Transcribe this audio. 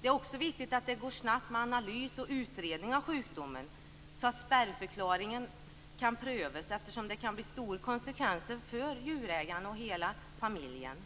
Det är också viktigt att det går snabbt med analys och utredning av sjukdomen så att spärrförklaringen kan prövas, eftersom det kan bli stora konsekvenser för djurägaren och hela familjen.